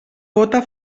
gota